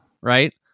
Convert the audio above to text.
Right